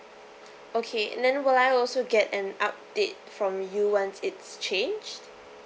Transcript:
okay and then will I also get an update from you once it's changed